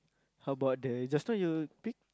how about the just now you pick